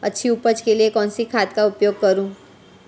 अच्छी उपज के लिए कौनसी खाद का उपयोग करूं?